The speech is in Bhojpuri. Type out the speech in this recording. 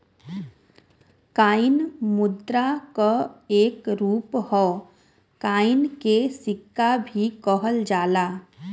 कॉइन मुद्रा क एक रूप हौ कॉइन के सिक्का भी कहल जाला